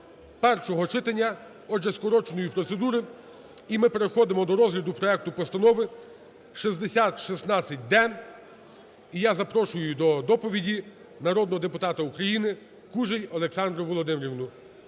першого читання, отже, скороченої процедури. І ми переходимо до розгляду проекту постанови 6016-д. І я запрошую до доповіді народного депутата України Кужель Олександру Володимирівну.